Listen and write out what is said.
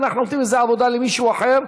אנחנו נותנים איזו עבודה למישהו אחר.